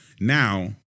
now